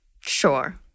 Sure